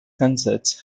concerts